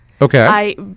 Okay